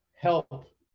help